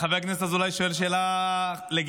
חבר הכנסת אזולאי שואל שאלה לגיטימית.